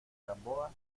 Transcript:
gamboa